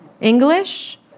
English